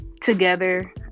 Together